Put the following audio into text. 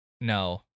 no